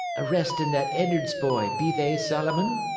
arrestin' that ed'ards boy, be they, solomon?